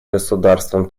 государством